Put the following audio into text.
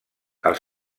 els